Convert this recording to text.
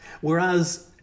Whereas